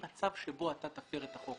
עכשיו הם אומרים תאפשר לי לעשות את הביטוח הזה.